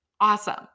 Awesome